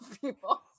people